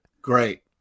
great